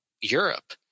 Europe